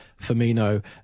Firmino